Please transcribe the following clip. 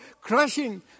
crushing